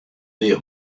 their